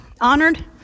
honored